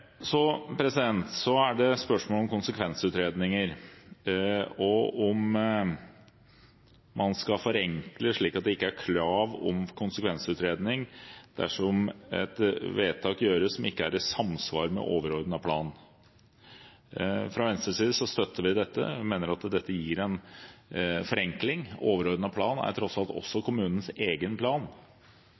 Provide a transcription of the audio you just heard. Så til spørsmålet om konsekvensutredninger, og om man skal forenkle det slik at det ikke er krav om konsekvensutredning dersom et vedtak gjøres som ikke er i samsvar med overordnet plan. Fra Venstres side støtter vi dette, for vi mener at dette gir en forenkling. Overordnet plan er tross alt også kommunens egen plan,